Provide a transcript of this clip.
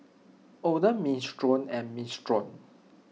Oden Minestrone and Minestrone